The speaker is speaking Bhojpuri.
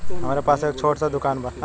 हमरे पास एक छोट स दुकान बा